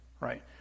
Right